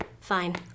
Fine